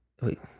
Wait